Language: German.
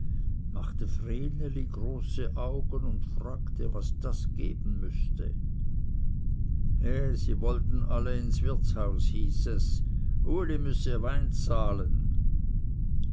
machte vreneli große augen und fragte was das geben müßte he sie wollten alle ins wirtshaus hieß es uli müsse wein zahlen